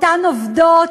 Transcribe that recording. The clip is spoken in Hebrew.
אותן עובדות,